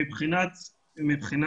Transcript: רשות